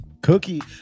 cookie